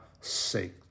sake